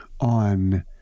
on